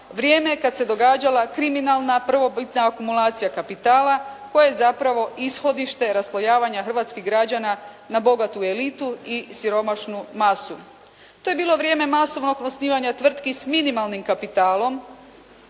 Vrijeme kada se događala kriminalna prvobitna akumulacija kapitala koja je zapravo ishodište raslojavanja hrvatskih građana na bogatu elitu i siromašnu masu. To je bilo vrijeme masovnog osnivanja tvrtki s minimalnim kapitalom,